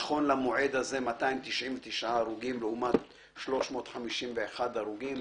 נכון למועד הזה, 299 הרוגים לעומת 351 הרוגים.